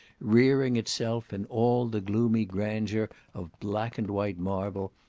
rearing itself in all the gloomy grandeur of black and white marble,